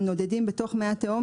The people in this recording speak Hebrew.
הם נודדים בתוך מי התהום,